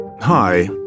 Hi